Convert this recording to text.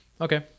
okay